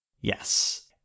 Yes